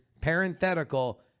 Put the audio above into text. parenthetical